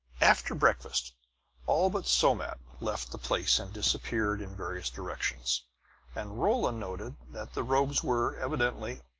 after breakfast all but somat left the place and disappeared in various directions and rolla noted that the robes were, evidently,